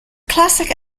classic